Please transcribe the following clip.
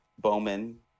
Bowman